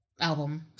album